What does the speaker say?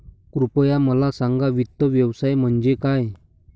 कृपया मला सांगा वित्त व्यवसाय म्हणजे काय?